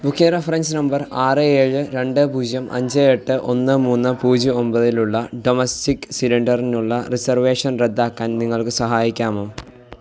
booking reference number ആറ് ഏഴ് രണ്ട് പൂജ്യം അഞ്ച് എട്ട് ഒന്ന് മൂന്ന് പൂജ്യം ഒൻപതിലുള്ള ഡൊമസ്റ്റിക് സിലിണ്ടറിനുള്ള റിസർവേഷൻ റദ്ദാക്കാൻ നിങ്ങൾക്ക് സഹായിക്കാമോ